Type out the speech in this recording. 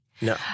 no